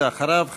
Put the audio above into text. ואחריו,